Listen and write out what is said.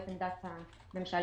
לא את עמדת הממשלה.